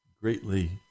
greatly